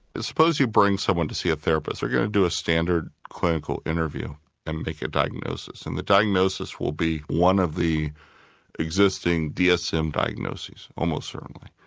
ah suppose you bring someone to see a therapist, they're going to do a standard clinical interview and make a diagnosis, and the diagnosis will be one of the existing dsm diagnoses, almost certainly,